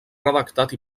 redactat